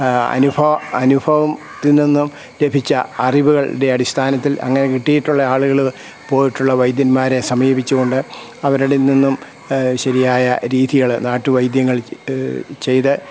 അനുഭവ അനുഭവത്തിൽനിന്നു ലഭിച്ച അറിവുകളുടെ അടിസ്ഥാനത്തിൽ അങ്ങനെ കിട്ടിയിട്ടുള്ള ആളുകൾ പോയിട്ടുള്ള വൈദ്യന്മാരെ സമീപിച്ചു കൊണ്ട് അവരിൽ നിന്നും ശരിയായ രീതികൾ നാട്ടു വൈദ്യങ്ങൾ ചെയ്ത്